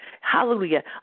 Hallelujah